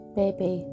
baby